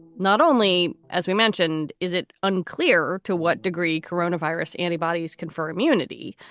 not only as we mentioned, is it unclear to what degree corona virus antibodies confer immunity,